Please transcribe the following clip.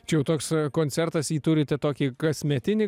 čia jau toks koncertas jį turite tokį kasmetinį